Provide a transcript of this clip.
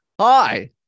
Hi